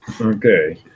Okay